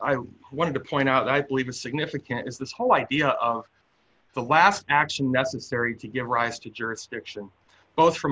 i wanted to point out that i believe is significant is this whole idea of the last action necessary to give rise to jurisdiction both from